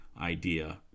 idea